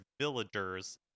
villagers